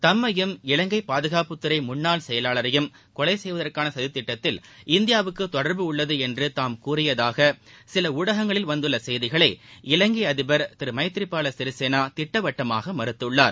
தம்மையும் இலங்கை பாதுகாப்புத்துறை முன்னாள் செயலாளரையும் கொலை செய்வதற்கான சதி திட்டத்தில் இந்தியாவுக்கு தொடர்பு உள்ளது என்று தாம் கூறியதாக சில ஊடகங்களில் வந்துள்ள செய்திகளை இலங்கை அதிபர் திரு மைத்ரிபால சிறிசேனாதிட்டவட்டமாக மறுத்துள்ளார்